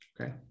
Okay